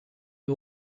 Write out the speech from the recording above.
you